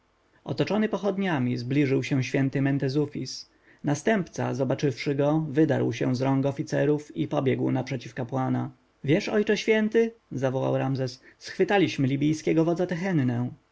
otoczony pochodniami zbliżył się święty mentezufis następca zobaczywszy go wydarł się z rąk oficerów i pobiegł naprzeciw kapłana wiesz ojcze święty zawołał ramzes schwytaliśmy libijskiego wodza